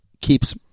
keeps